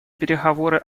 переговоры